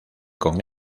con